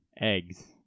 Eggs